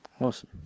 Awesome